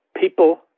people